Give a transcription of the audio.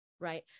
right